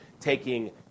taking